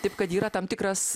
taip kad yra tam tikras